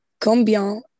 Combien